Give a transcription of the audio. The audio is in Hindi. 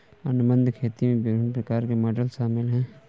अनुबंध खेती में विभिन्न प्रकार के मॉडल शामिल हैं